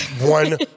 One